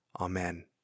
Amen